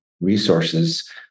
resources